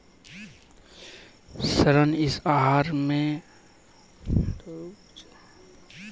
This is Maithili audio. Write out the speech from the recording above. ऋण आहार चरणो मे इ पता लगैलो जाय छै जे एगो आदमी के एक महिना मे केतना खर्चा होय छै